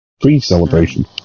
Pre-celebration